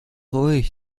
ruhig